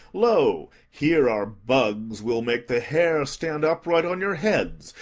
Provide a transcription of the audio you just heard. lo, here are bugs will make the hair stand upright on your heads,